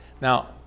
Now